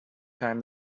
time